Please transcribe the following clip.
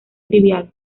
trivial